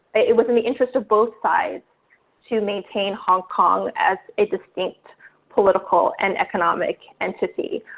it was in the interest of both sides to maintain hong kong as a distinct political and economic entity.